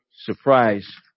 surprise